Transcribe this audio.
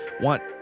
want